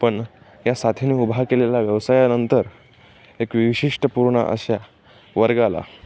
पण या साथीने उभा केलेला व्यवसायानंतर एक विशिष्ट पूर्ण अशा वर्गाला